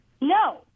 No